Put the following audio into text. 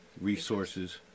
Resources